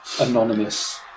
anonymous